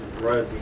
Right